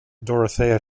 dorothea